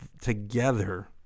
together